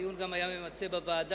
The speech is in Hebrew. הדיון גם היה ממצה בוועדה.